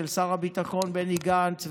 של שר הביטחון בני גנץ ושלי,